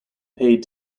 paid